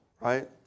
right